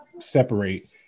separate